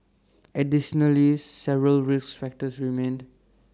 additionally several risk factors remained